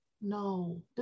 No